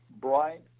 bright